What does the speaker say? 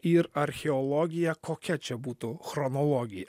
ir archeologiją kokia čia būtų chronologija